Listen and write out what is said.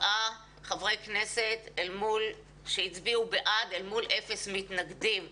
עם 47 חברי כנסת שהצביעו בעד מול אפס מתנגדים,